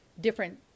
different